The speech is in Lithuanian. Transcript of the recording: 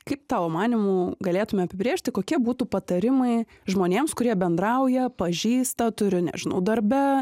kaip tavo manymu galėtume apibrėžti kokia būtų patarimai žmonėms kurie bendrauja pažįsta turi nežinau darbe